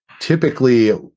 Typically